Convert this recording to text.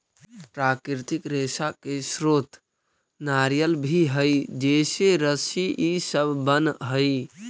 प्राकृतिक रेशा के स्रोत नारियल भी हई जेसे रस्सी इ सब बनऽ हई